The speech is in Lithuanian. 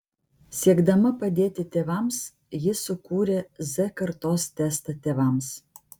siekdama padėti tėvams ji sukūrė z kartos testą tėvams